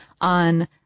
on